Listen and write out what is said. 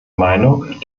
meinung